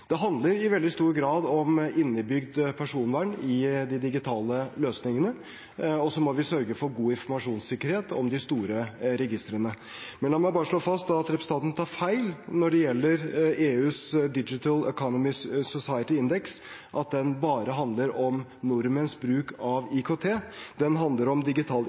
Det handler i veldig stor grad om innebygd personvern i de digitale løsningene – og så må vi sørge for god informasjonssikkerhet om de store registrene. La meg bare slå fast at representanten tar feil når det gjelder EUs Digital Economy and Society Index. Han sa at den bare handler om nordmenns bruk av IKT. Den handler om digital